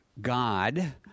God